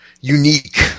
unique